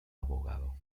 abogado